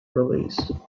release